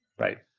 right.